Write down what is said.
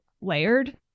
layered